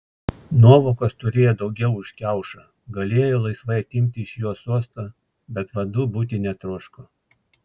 nuovokos turėjo daugiau už kiaušą galėjo laisvai atimti iš jo sostą bet vadu būti netroško